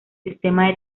sistema